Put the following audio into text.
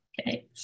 Okay